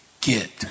get